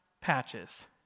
Patches